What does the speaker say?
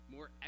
More